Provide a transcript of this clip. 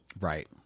right